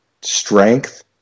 strength